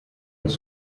des